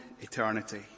eternity